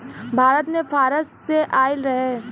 भारत मे फारस से आइल रहे